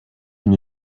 une